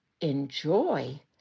enjoy